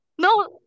no